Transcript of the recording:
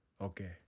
Okay